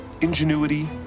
ingenuity